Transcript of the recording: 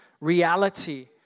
reality